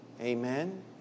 Amen